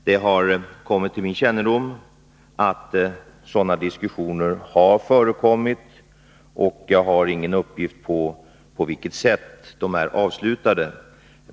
Det har kommit till min kännedom att sådana diskussioner har förekommit. Jag har ingen uppgift om på vilket sätt diskussionerna avslutades.